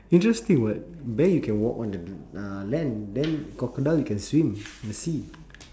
interesting [what] bear you can walk on the uh land then crocodile you can swim in the sea